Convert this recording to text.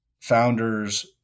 founders